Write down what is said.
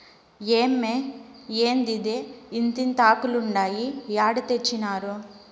ఏమ్మే, ఏందిదే ఇంతింతాకులుండాయి ఏడ తెచ్చినారు